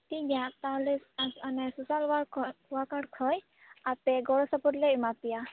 ᱴᱷᱤᱠ ᱜᱮᱭᱟ ᱛᱟᱦᱚᱞᱮ ᱚᱱᱮ ᱥᱳᱥᱟᱞ ᱳᱭᱟᱨᱠ ᱠᱷᱚᱱ ᱳᱭᱟᱨᱠᱟᱨ ᱠᱷᱚᱱ ᱟᱯᱮ ᱜᱚᱲᱚ ᱥᱚᱯᱚᱦᱚᱫ ᱞᱮ ᱮᱢᱟ ᱯᱮᱭᱟ